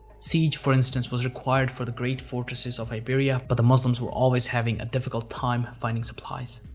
siege, for instance, was required for the great fortresses of iberia but the muslims were always having a difficult time finding supplies.